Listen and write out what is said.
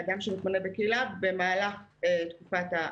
לאדם שמתגורר בקהילה במהלך תקופת האפוטרופסות.